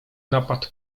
napad